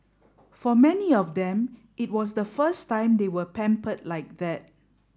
for many of them it was the first time they were pampered like that